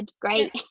Great